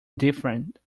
different